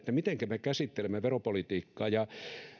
mitenkä me käsittelemme veropolitiikkaa